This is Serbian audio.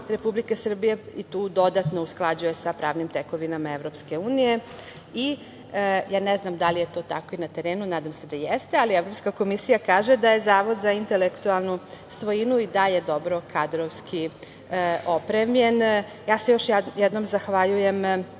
Republike Srbije i tu dodatno usklađuje sa pravnim tekovina EU. Ne znam da li je to tako i terenu, nadam se da jeste, ali Evropska komisija kaže da je Zavod za intelektualnu svojinu i dalje dobro kadrovski opremljen. Još jednom se zahvaljujem